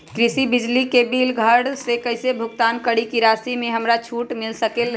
कृषि बिजली के बिल घर से कईसे भुगतान करी की राशि मे हमरा कुछ छूट मिल सकेले?